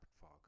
fog